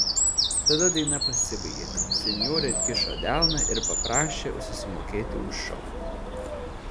tada daina pasibaigė senjorė atkišo delną ir paprašė susimokėti už šou